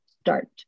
start